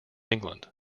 england